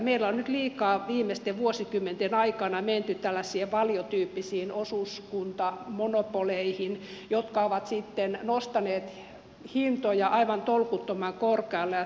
meillä on nyt liikaa viimeisten vuosikymmenten aikana menty tällaisiin valio tyyppisiin osuuskuntamonopoleihin jotka ovat sitten nostaneet hintoja aivan tolkuttoman korkealle